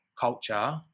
culture